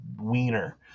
wiener